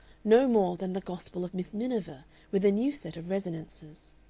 no more than the gospel of miss miniver with a new set of resonances.